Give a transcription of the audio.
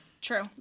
True